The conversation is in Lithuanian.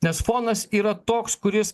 nes fonas yra toks kuris